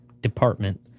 department